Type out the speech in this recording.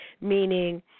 meaning –